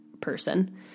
person